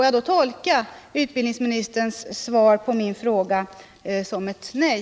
Jag tolkar utbildningsministerns svar på min fråga som ett nej.